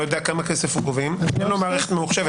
לא יודע כמה כסף גובים ואין לו מערכת ממוחשבת,